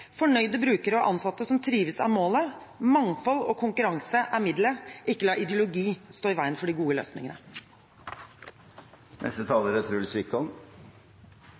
Fornøyde brukere og ansatte som trives, er målet. Mangfold og konkurranse er middelet. Ikke la ideologi stå i veien for de gode løsningene. Det er vel ikke sånn at Høyre er